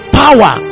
power